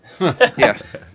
Yes